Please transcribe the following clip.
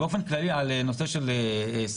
באופן כללי בנושא של שכר,